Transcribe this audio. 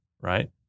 right